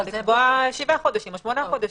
ויקבע שבעה או שמונה חודשים,